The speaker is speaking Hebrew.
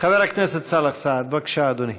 חבר הכנסת סאלח סעד, בבקשה, אדוני.